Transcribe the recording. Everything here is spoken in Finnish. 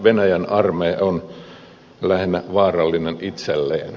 venäjän armeija on lähinnä vaarallinen itselleen